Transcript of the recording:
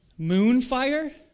Moonfire